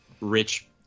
rich